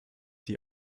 die